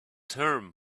term